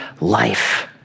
life